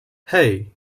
hej